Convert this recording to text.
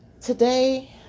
Today